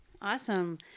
Awesome